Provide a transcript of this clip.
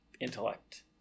intellect